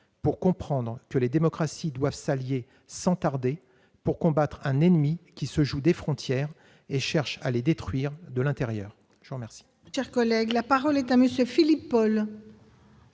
pour comprendre que les démocraties doivent s'allier sans tarder pour combattre un ennemi qui se joue des frontières et cherche à les détruire de l'intérieur. La parole